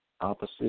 opposite